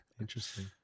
Interesting